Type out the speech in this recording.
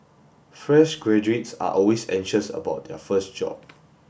fresh graduates are always anxious about their first job